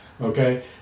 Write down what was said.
Okay